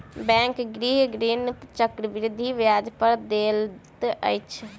bank गृह ऋण चक्रवृद्धि ब्याज दर पर दैत अछि